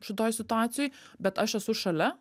šitoj situacijoj bet aš esu šalia